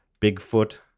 Bigfoot